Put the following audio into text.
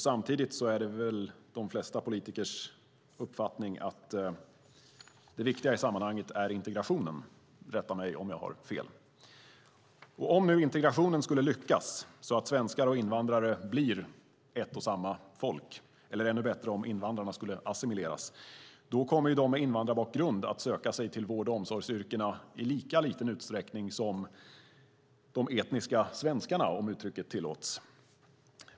Samtidigt är det väl de flesta politikers uppfattning att det viktiga i sammanhanget är integrationen. Rätta mig om jag har fel! Om integrationen skulle lyckas så att svenskar och invandrare blir ett och samma folk eller, ännu bättre, om invandrarna skulle assimileras kommer de med invandrarbakgrund att söka sig till vård och omsorgsyrkena i lika liten utsträckning som de "etniska svenskarna" - om uttrycket tillåts.